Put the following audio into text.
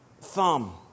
thumb